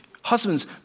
Husbands